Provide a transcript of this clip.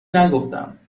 نگفتم